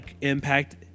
impact